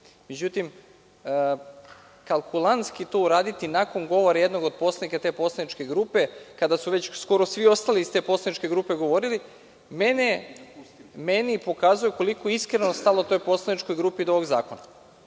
bilo.Međutim, kalkulantski to uraditi nakon govora jednog od poslanika te poslaničke grupe, kada su već skoro svi ostali iz te poslaničke grupe govorili, meni pokazuje koliko je iskreno stalo toj poslaničkoj grupi do ovog zakona.